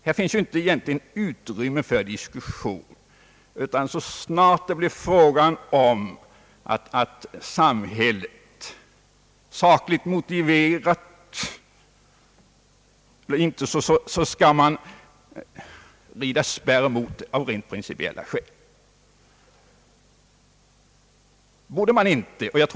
Här finns egentligen inte utrymme för diskussion, utan så snart det blir fråga om att samhället skall göra något rider man spärr mot det av rent principiella skäl, oavsett den sakliga motiveringen.